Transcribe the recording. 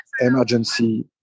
emergency